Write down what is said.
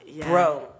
bro